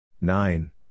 Nine